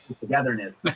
togetherness